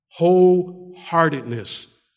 Wholeheartedness